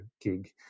gig